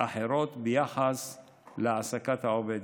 אחרות ביחס להעסקת העובדת.